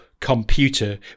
computer